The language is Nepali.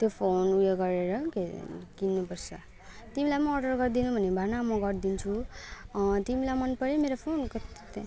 त्यो फोन ऊ यो गरेर के अरे किन्नु पर्छ तिमीलाई म अर्डर गरिदिनु भने भन म गरिदिन्छु तिमीलाई मन पऱ्यो मेरो फोन कत्रो त्यहाँ